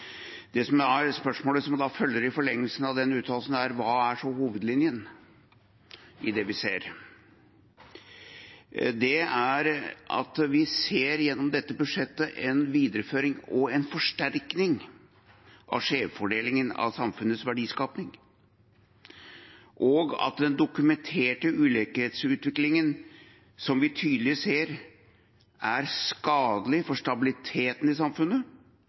på den måten. Spørsmålet som da følger i forlengelsen av den uttalelsen, er: Hva er så hovedlinjen i det vi ser? Det er at vi gjennom dette budsjettet ser en videreføring og en forsterkning av skjevfordelingen av samfunnets verdiskaping, og at den dokumenterte ulikhetsutviklingen som vi tydelig ser, er skadelig for stabiliteten i samfunnet